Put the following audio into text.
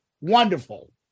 Wonderful